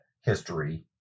history